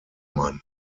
mann